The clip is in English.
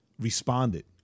responded